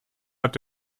hat